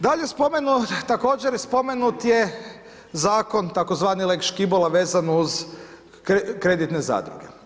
Dalje, spomenut također spomenut je zakon tzv. lex Škibola vezano uz kreditne zadruge.